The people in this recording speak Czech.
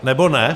Nebo ne?